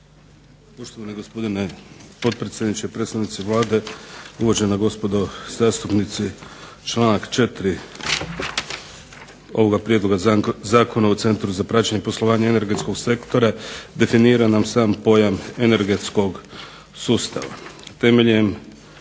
Poštovani gospodine potpredsjedniče, predstavnici Vlade, uvažena gospodo zastupnici. Članak 4. ovoga Prijedloga zakona o Centru za praćenje poslovanja energetskog sektora definira nam sam pojam energetskog sustava.